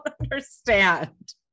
understand